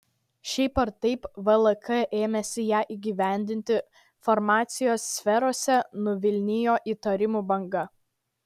šiaip ar taip kai vlk ėmėsi ją įgyvendinti farmacijos sferose nuvilnijo įtarimų banga